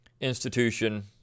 institution